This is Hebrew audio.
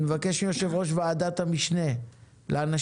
אני מבקש מיושב ראש ועדת המשנה לאנשים